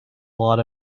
lot